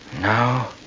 Now